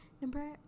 number